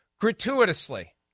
gratuitously